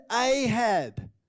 Ahab